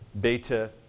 beta